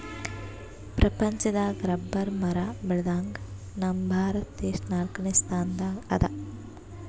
ಪ್ರಪಂಚದಾಗ್ ರಬ್ಬರ್ ಮರ ಬೆಳ್ಯಾದ್ರಗ್ ನಮ್ ಭಾರತ ದೇಶ್ ನಾಲ್ಕನೇ ಸ್ಥಾನ್ ದಾಗ್ ಅದಾ